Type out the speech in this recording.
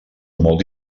molt